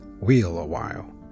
Wheel-A-While